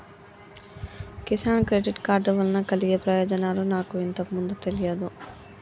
Kisan credit card వలన కలిగే ప్రయోజనాలు నాకు ఇంతకు ముందు తెలియదు